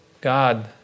God